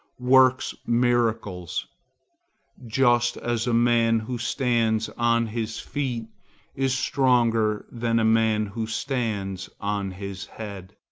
works miracles just as a man who stands on his feet is stronger than a man who stands on his head.